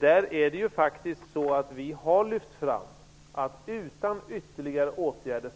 Där har vi lyft fram att vi inte kommer att klara detta utan ytterligare åtgärder.